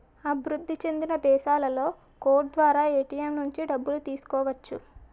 అభివృద్ధి చెందిన దేశాలలో కోడ్ ద్వారా ఏటీఎం నుంచి డబ్బులు తీసుకోవచ్చు